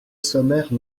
sommaire